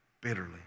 bitterly